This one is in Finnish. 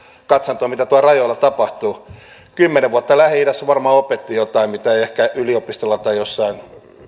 katsantoa mitä tuolla rajoilla tapahtuu kymmenen vuotta lähi idässä varmaan opetti jotain mitä ei ehkä yliopistolla tai jossain